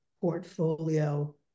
portfolio